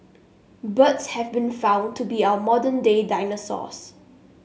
birds have been found to be our modern day dinosaurs